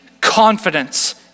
confidence